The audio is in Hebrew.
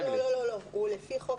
לא, הוא לפי חוק,